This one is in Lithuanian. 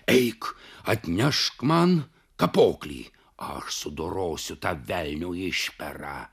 eik atnešk man kapoklį aš sudorosiu tą velnio išperą